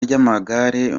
ry’amagare